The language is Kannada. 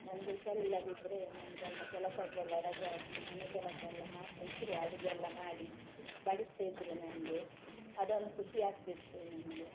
ನನಗೆ ಹುಷಾರಿಲ್ಲದಿದ್ದರೆ ನನ್ನ ಗಂಡ ಕೆಲಸಕ್ಕೆಲ್ಲ ರಜೆ ಹಾಕಿ ಮನೆ ಕೆಲಸ ಎಲ್ಲ ಮಾಡ್ತಾಯಿದ್ರು ಅಡುಗೆ ಎಲ್ಲ ಮಾಡಿ ಬಡಿಸ್ತಾ ಇದ್ದರು ನನಗೆ ಅದೊಂದು ಖುಷಿ ಆಗ್ತಿತ್ತು ನನಗೆ